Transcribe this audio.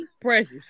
precious